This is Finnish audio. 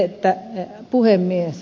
arvoisa puhemies